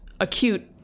acute